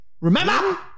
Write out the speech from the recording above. Remember